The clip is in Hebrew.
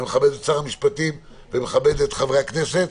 אני מכבד את שר המשפטים ומכבד את חברי הכנסת.